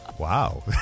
Wow